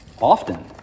Often